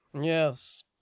Yes